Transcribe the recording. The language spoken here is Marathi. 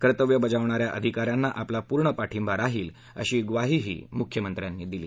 कर्तव्य बजावणाऱ्या अधिकाऱ्यांना आपला पूर्ण पाठिंबा राहील अशी ग्वाहीही मुख्यमंत्र्यांनी यावेळी दिली